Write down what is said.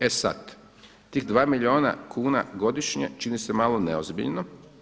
E sada, tih dva milijuna kuna godišnje čini se malo neozbiljno.